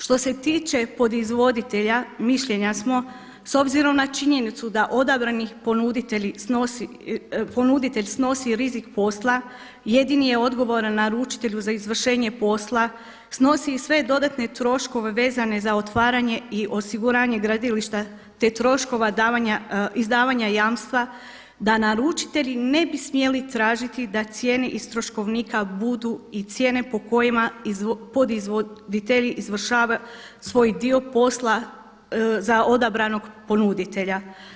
Što se tiče podizvoditelja mišljenja smo s obzirom na činjenicu da odabrani ponuditelj snosi rizik posla jedini je odgovoran naručitelju za izvršenje posla, snosi sve dodatne troškove vezane za otvaranje i osiguranje gradilišta, te troškova izdavanja jamstva da naručitelji ne bi smjeli tražiti da cijene iz troškovnika budu i cijene po kojima podizvoditelji izvršavaju svoj dio posla za odabranog ponuditelja.